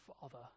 Father